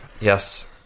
yes